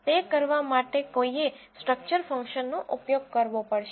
તે કરવા માટે કોઈએ સ્ટ્રક્ચર ફંક્શનનો ઉપયોગ કરવો પડશે